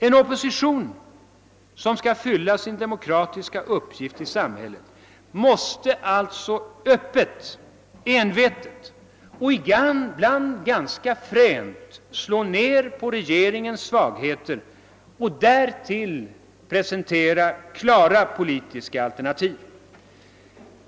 En opposition som skall fylla sin demokratiska uppgift i samhället måste alltså öppet, envetet och ibland ganska fränt slå ned på regeringens svagheter och därtill presentera klara politiska alternativ.